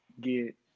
get